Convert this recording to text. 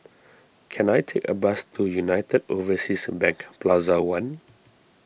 can I take a bus to United Overseas Bank Plaza one